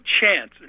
chance